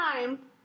time